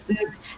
foods